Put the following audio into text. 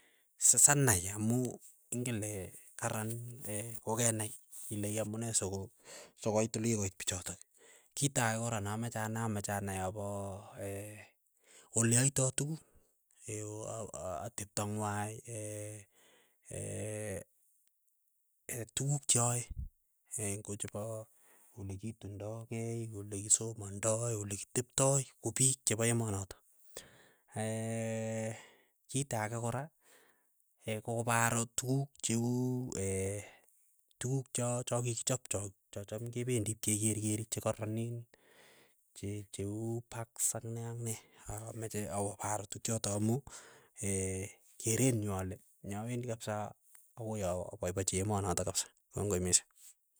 Sa sanai amuu ingen le karan kokenai ile kiamunee sikoit olikikoit pichotok, kitaake korameche anai ameche anai apoo oleaita tuguk. ateptongwai tukuuk cheae ngochepoo, olekitundokei olekisomandai olekiteptoi. Kopik chepo emoo notok. kito agee kora ko koparo tukuuk cheu tukuuk cha chakikichop chocham pkekerkeri chekaranen, che cheu parks. Ak nee ak ne ameche awo paro tukchotok amuu keren nyuu ale nyawendii kapsa agoi aapaipachi emonotok kabsa kongoi misiing.